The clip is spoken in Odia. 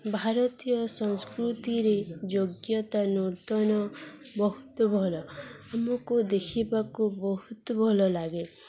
ଭାରତୀୟ ସଂସ୍କୃତିରେ ଯୋଗ୍ୟତା ନୂର୍ତନ ବହୁତ ଭଲ ଆମକୁ ଦେଖିବାକୁ ବହୁତ ଭଲ ଲାଗେ